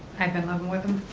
i've been living with him.